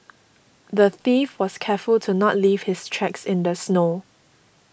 the thief was careful to not leave his tracks in the snow